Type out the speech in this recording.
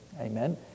Amen